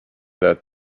that